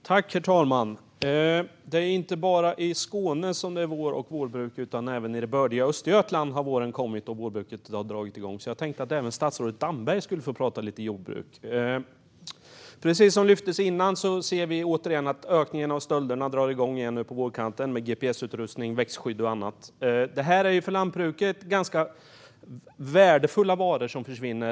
Herr talman! Det är inte bara i Skåne som det är vår och vårbruk. Även i det bördiga Östergötland har våren kommit, och vårbruket har dragit igång. Därför tänkte jag att statsrådet Damberg skulle få prata lite jordbruk. Precis som lyftes tidigare ser vi återigen en ökning av stölderna nu på vårkanten. Det handlar om gps-utrustning, växtskydd och annat. Det är för lantbruket ganska värdefulla varor som försvinner.